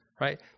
right